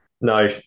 No